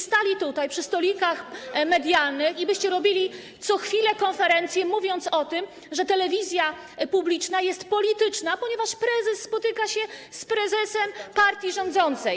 Stalibyście przy stolikach medialnych i robilibyście co chwilę konferencje, mówiąc o tym, że telewizja publiczna jest polityczna, ponieważ prezes spotyka się z prezesem partii rządzącej.